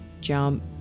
jump